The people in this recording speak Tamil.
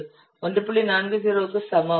40 க்கு சமம்